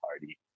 party